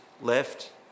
left